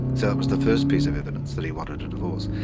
so that was the first piece of evidence that he wanted a divorce.